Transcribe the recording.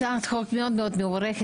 הצעת החוק היא מאוד מאוד מוברכת.